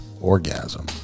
orgasm